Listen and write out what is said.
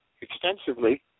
extensively